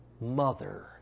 mother